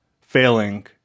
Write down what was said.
failing